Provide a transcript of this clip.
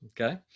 Okay